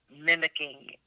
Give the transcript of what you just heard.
mimicking